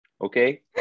okay